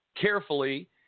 carefully